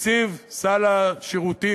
תקציב סל השירותים,